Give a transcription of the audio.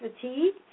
fatigue